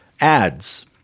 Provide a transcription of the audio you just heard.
ads